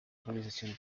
organización